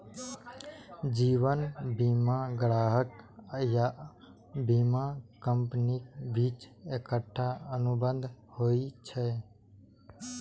जीवन बीमा ग्राहक आ बीमा कंपनीक बीच एकटा अनुबंध होइ छै